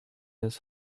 his